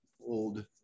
old